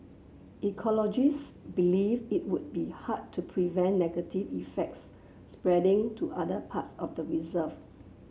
ecologists believe it would be hard to prevent negative effects spreading to other parts of the reserve